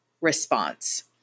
response